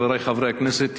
חברי חברי הכנסת,